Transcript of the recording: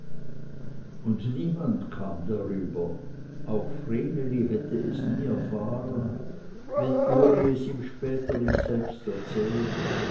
und niemand kam darüber auch vreneli hätte es nie erfahren wenn uli es ihm später nicht selbst erzählt